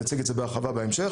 ונציג את זה בהרחבה בהמשך.